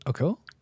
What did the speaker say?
Okay